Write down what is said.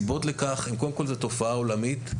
קודם כל, זו תופעה עולמית,